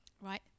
right